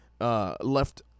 left